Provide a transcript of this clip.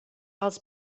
els